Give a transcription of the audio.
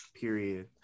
period